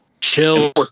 Chill